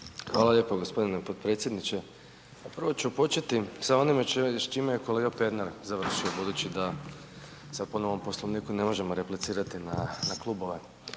Hvala lijepo gospodine potpredsjedniče. Prvo ću početi, sa onime čime je kolega Pernar završio, budući da sada po novom poslovniku, ne možemo replicirati na klubove.